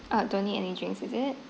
uh don't need any drinks is it